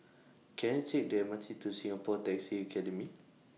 Can I Take The M R T to Singapore Taxi Academy